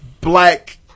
black